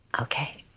Okay